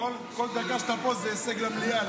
כל דקה שאתה פה זה הישג למדינה.